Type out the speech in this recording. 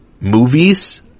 movies